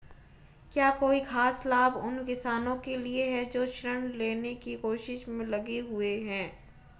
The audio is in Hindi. क्या कोई खास लाभ उन किसानों के लिए हैं जो ऋृण लेने की कोशिश में लगे हुए हैं?